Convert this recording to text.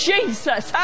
Jesus